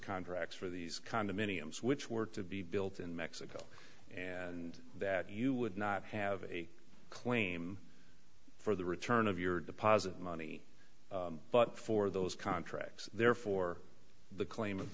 contracts for these condominiums which were to be built in mexico and that you would not have a claim for the return of your deposit money but for those contracts therefore the claim